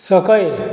सकयल